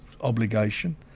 obligation